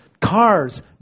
cars